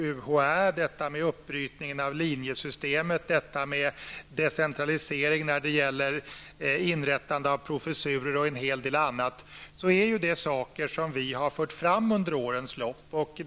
UHÄ, uppbrytningen av linjesystemet, decentraliseringen när det gäller inrättande av professurer, och en hel del annat -- är saker som vi under årens lopp har fört fram.